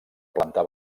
planta